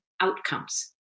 outcomes